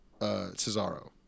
Cesaro